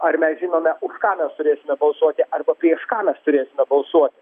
ar mes žinome už ką mes turėsime balsuoti arba prieš ką mes turėsime balsuot